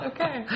Okay